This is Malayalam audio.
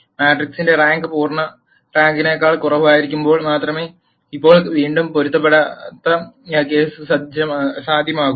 മാട്രിക്സിന്റെ റാങ്ക് പൂർണ്ണ റാങ്കിനേക്കാൾ കുറവായിരിക്കുമ്പോൾ മാത്രമേ ഇപ്പോൾ വീണ്ടും പൊരുത്തപ്പെടാത്ത കേസ് സാധ്യമാകൂ